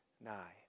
nigh